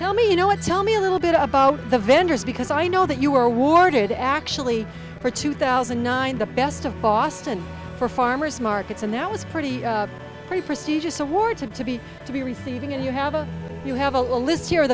tell me you know what tell me a little bit about the vendors because i know that you were awarded actually for two thousand and nine the best of boston for farmers markets and that was pretty pretty prestigious awards have to be to be receiving and you have a you have a list here